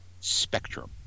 Spectrum